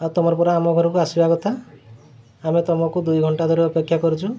ଆଉ ତମର ପୁରା ଆମ ଘରକୁ ଆସିବା କଥା ଆମେ ତମକୁ ଦୁଇ ଘଣ୍ଟା ଧରିବା ଅପେକ୍ଷା କରୁଛୁ